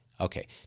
Okay